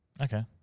Okay